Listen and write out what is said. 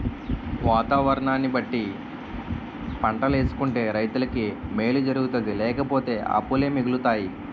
వాతావరణాన్ని బట్టి పంటలేసుకుంటే రైతులకి మేలు జరుగుతాది లేపోతే అప్పులే మిగులుతాయి